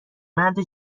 مرد